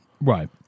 Right